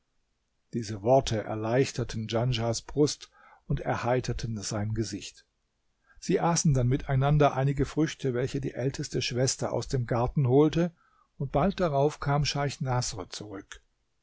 diese worte erleichterten djanschahs brust und erheiterten sein gesicht sie aßen dann miteinander einige früchte welche die älteste schwester aus dem garten holte und bald darauf kam scheich naßr zurück